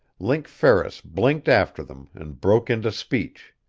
link ferris blinked after them, and broke into speech.